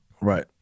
Right